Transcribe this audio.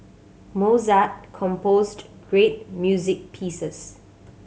Mozart composed great music pieces